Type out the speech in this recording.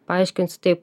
paaiškinsiu taip